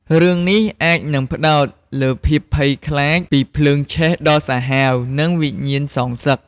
រឿងនេះអាចនឹងផ្ដោតលើភាពភ័យខ្លាចពីភ្លើងឆេះដ៏សាហាវ និងវិញ្ញាណសងសឹក។